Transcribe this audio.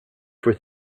for